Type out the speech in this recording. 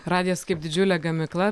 radijas kaip didžiulė gamykla